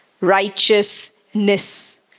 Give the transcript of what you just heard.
righteousness